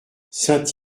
saint